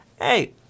hey